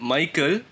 Michael